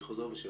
אני חוזר ושואל,